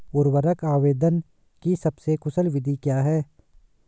उर्वरक आवेदन की सबसे कुशल विधि क्या है?